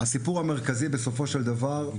הסיפור המרכזי בסופו של דבר הוא